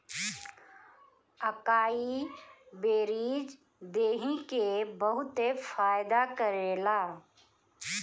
अकाई बेरीज देहि के बहुते फायदा करेला